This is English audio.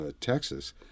Texas